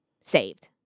saved